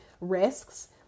risks